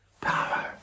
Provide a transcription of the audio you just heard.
power